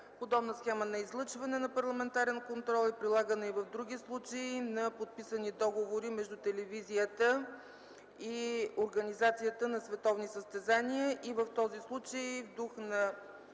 Подобна схема на излъчване на парламентарния контрол е прилагана и в други случаи на подписани договори между телевизията и организацията на световни състезания. В този случай в дух на